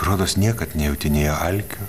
rodos niekad nejauti nei alkio